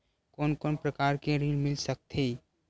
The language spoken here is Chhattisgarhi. कोन कोन प्रकार के ऋण मिल सकथे?